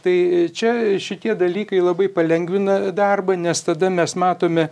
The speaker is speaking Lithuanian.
tai čia šitie dalykai labai palengvina darbą nes tada mes matome